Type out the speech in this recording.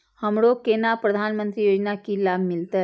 हमरो केना प्रधानमंत्री योजना की लाभ मिलते?